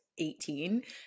18